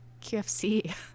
qfc